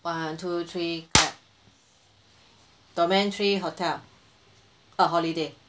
one two three go domain three hotel err holiday